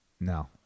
No